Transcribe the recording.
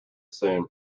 soon